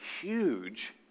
huge